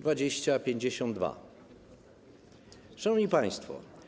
2052. Szanowni Państwo!